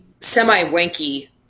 semi-wanky